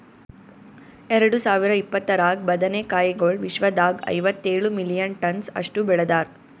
ಎರಡು ಸಾವಿರ ಇಪ್ಪತ್ತರಾಗ ಬದನೆ ಕಾಯಿಗೊಳ್ ವಿಶ್ವದಾಗ್ ಐವತ್ತೇಳು ಮಿಲಿಯನ್ ಟನ್ಸ್ ಅಷ್ಟು ಬೆಳದಾರ್